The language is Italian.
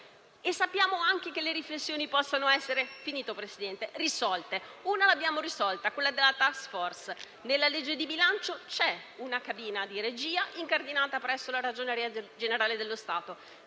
Sappiamo anche che le riflessioni possono essere risolte: una infatti l'abbiamo risolta, quella della *task force*. Nella legge di bilancio c'è una cabina di regia incardinata presso la Ragioneria generale dello Stato,